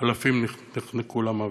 אלפים נחנקו למוות.